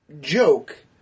joke